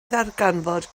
ddarganfod